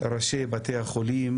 ראשי בתי החולים